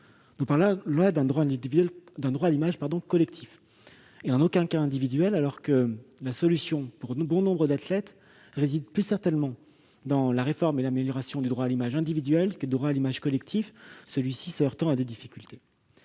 l'hémicycle, d'un droit à l'image collective et en aucun cas individuelle. Or la solution pour un bon nombre d'athlètes réside plus certainement dans la réforme et l'amélioration du droit à l'image individuelle que dans le droit à l'image collective, celui-ci se heurtant à plusieurs difficultés.